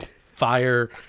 fire